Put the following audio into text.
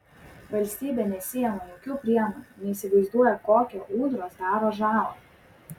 valstybė nesiima jokių priemonių neįsivaizduoja kokią ūdros daro žalą